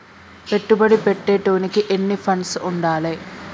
పెట్టుబడి పెట్టేటోనికి ఎన్ని ఫండ్స్ ఉండాలే?